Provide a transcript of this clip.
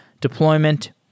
deployment